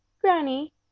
Granny